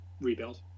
rebuild